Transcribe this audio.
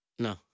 No